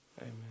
Amen